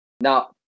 Now